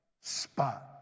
spot